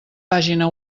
pàgina